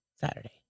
Saturday